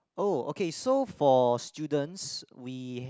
oh okay so for students we